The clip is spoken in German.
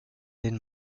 den